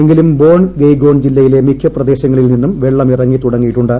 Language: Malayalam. എങ്കിലും ബോൺ ഗയ്ഗോൺ ജില്ലിയിലെ മിക്ക പ്രദേശങ്ങളിൽ നിന്നും വെള്ളം ഇറങ്ങി തുടങ്ങിയിട്ടുണ്ട്